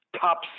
top